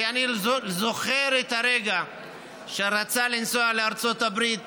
ואני זוכר את הרגע שהוא רצה לנסוע לארצות הברית